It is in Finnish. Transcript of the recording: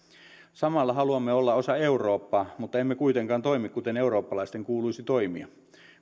samalla haluamme olla osa eurooppaa mutta emme kuitenkaan toimi kuten eurooppalaisten kuuluisi toimia